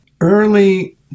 Early